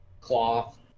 Cloth